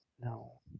No